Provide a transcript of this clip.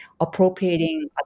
appropriating